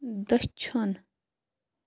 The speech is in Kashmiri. دٔچھُن